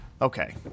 Okay